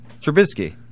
Trubisky